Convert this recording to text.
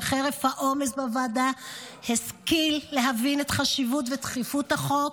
שחרף העומס בוועדה השכיל להבין את חשיבות ודחיפות החוק.